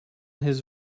his